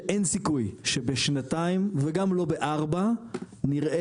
שאין סיכוי שבשנתיים וגם לא בארבע נראה